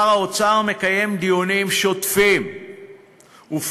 שר האוצר מקיים דיונים שוטפים ופועל